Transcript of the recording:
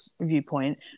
viewpoint